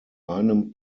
einem